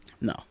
no